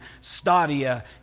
stadia